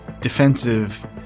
defensive